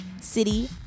city